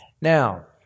Now